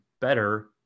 better